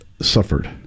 suffered